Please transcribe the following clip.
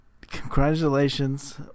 Congratulations